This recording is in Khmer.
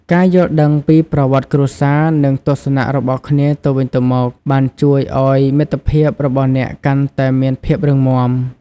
ការយល់ដឹងពីប្រវត្តិគ្រួសារ និងទស្សនៈរបស់គ្នាទៅវិញទៅមកបានជួយឲ្យមិត្តភាពរបស់អ្នកកាន់តែមានភាពរឹងមាំ។